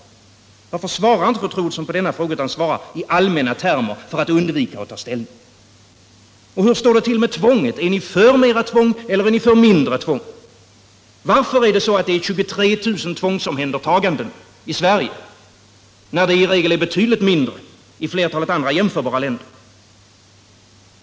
Varför svarar inte fru Troedsson på denna fråga i stället för att tala i allmänna termer och undvika att ta ställning? Hur står det till med tvånget — är ni för mera tvång eller är ni för mindre tvång? Varför sker det 23000 tvångsomhändertaganden i Sverige när det i regel sker betydligt färre i flertalet andra, jämförbara länder?